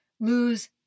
lose